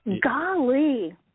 Golly